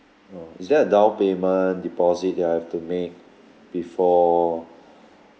oh is there a down payment deposit that I've to make before